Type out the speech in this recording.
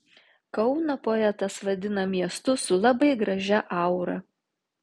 kauną poetas vadina miestu su labai gražia aura